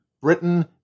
Britain